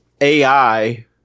AI